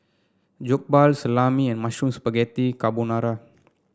Jokbal Salami and Mushroom Spaghetti Carbonara